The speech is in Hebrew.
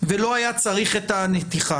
ולא היה צריך את הנתיחה,